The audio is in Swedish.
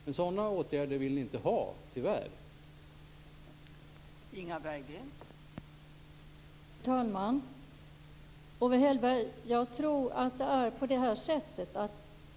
Men sådana åtgärder vill ni tyvärr inte ha.